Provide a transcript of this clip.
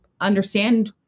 understand